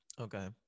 okay